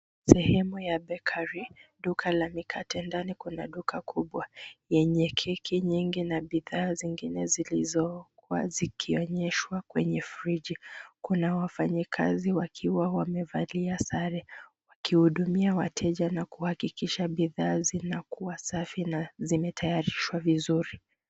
Sehemu ya bakery , duka la mikate. Ndani kuna duka kubwa lenye keki nyingi na bidhaa nyingine zilizookwa zikionyeshwa kwenye friji. Kuna wafanyakazi wakiwa wamevalia sare wakihudumia wateja na kuhakikisha bidhaa zinakuwa safi na zimetayarishwa vizuri.